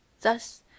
Thus